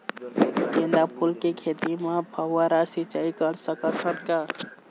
गेंदा फूल के खेती म फव्वारा सिचाई कर सकत हन का?